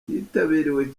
yitabiriwe